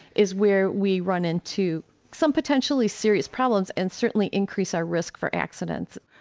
is where we run into some potentially serious problems and certainly increase our risk for accidents.